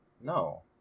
No